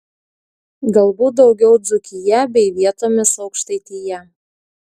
galbūt daugiau dzūkija bei vietomis aukštaitija